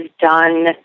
done